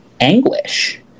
anguish